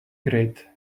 great